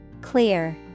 Clear